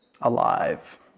alive